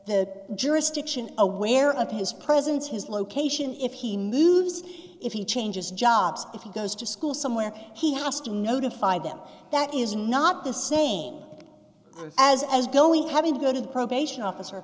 the jurisdiction aware of his presence his location if he moves if he changes jobs if he goes to school somewhere he has to notify them that is not the same as as going having to go to the probation officer